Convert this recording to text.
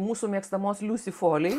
mūsų mėgstamos liusi folei